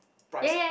price eh